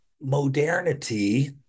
modernity